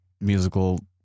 musical